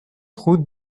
route